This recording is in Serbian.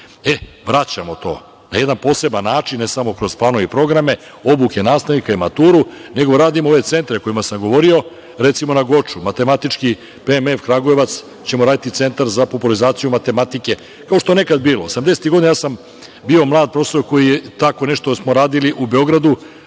E, vraćamo to na jedan poseban način, ne samo kroz planove i programe, obuke nastavnika i maturu, nego radimo ove centre o kojima sam govorio. Recimo na Goču, matematički PMF Kragujevac ćemo raditi centar za popularizaciju matematike, kao što je nekada bilo 80-tih godina ja sam bio mlad profesor. Tako nešto smo radili u Beogradu.